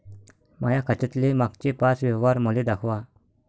माया खात्यातले मागचे पाच व्यवहार मले दाखवा